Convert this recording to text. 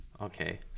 Okay